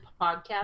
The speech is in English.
podcast